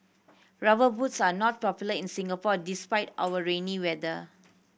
Rubber Boots are not popular in Singapore despite our rainy weather